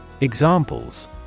Examples